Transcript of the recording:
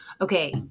okay